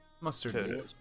Mustard